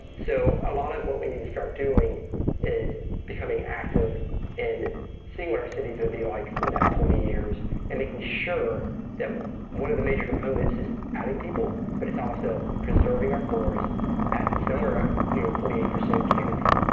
so, a lot of what we need to start doing is becoming active and seeing what our city's going to be like in that twenty years and making sure that one of the major components is adding people. but it's also preserving our forests at somewhere near forty eight percent canopy.